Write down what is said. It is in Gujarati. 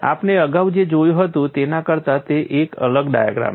આપણે અગાઉ જે જોયું હતું તેના કરતા તે એક અલગ ડાયાગ્રામ છે